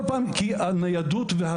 יש ניידות.